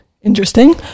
interesting